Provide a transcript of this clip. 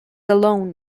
alone